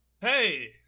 Hey